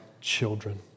children